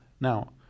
Now